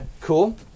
cool